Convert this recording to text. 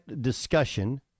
discussion